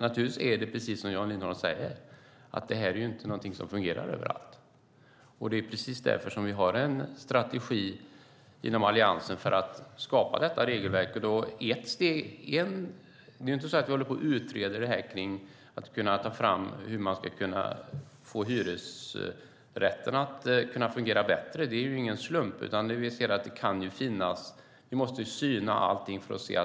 Naturligtvis är det precis som Jan Lindholm säger: Det här fungerar inte överallt. Det är precis därför som vi har en strategi inom Alliansen för att skapa detta regelverk. Det är ingen slump att vi håller på och utreder hur man ska kunna få hyresrätten att fungera bättre. Vi måste syna allting för att se